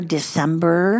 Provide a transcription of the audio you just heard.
December